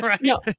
No